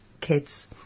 kids